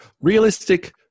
Realistic